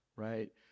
Right